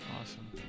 Awesome